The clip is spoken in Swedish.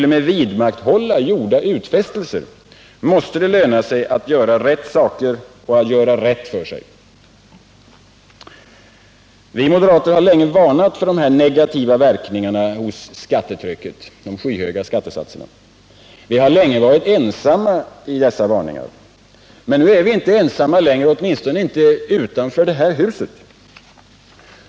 0. m. vidmakthålla gjorda utfästelser, måste det löna sig att göra rätt saker och att göra rätt för sig. Vi moderater har länge varnat för dessa negativa verkningar hos skattetrycket — de skyhöga skattesatserna. Vi har länge varit ensamma om dessa varningar. Men nu är vi inte ensamma längre. Åtminstone är vi inte ensamma utanför detta hus.